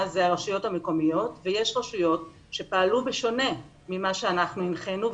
אלה הן הרשויות המקומיות ויש רשויות שפעלו שונה מכפי שהנחינו.